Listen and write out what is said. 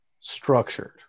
structured